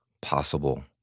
possible